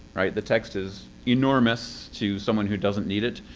right? the text is enormous to someone who doesn't need it.